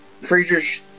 Friedrich